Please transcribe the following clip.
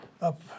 up